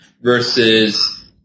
versus